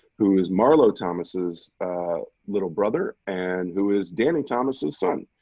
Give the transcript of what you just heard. who is marlo thomas' little brother and who is danny thomas' son.